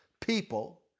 people